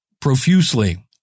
profusely